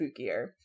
spookier